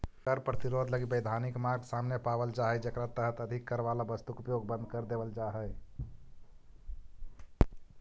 कर प्रतिरोध लगी वैधानिक मार्ग सामने पावल जा हई जेकरा तहत अधिक कर वाला वस्तु के उपयोग बंद कर देवल जा हई